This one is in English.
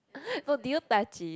no did you touch it